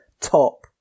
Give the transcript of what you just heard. top